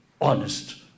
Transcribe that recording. honest